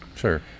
Sure